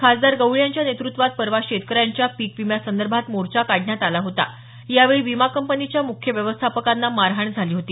खासदार गवळी यांच्या नेतृत्वात परवा शेतकऱ्यांच्या पिकविम्यासंदर्भात मोर्चा काढण्यात आला होता यावेळी विमा कंपनीच्या म्ख्य व्यवस्थापकांना मारहाण झाली होती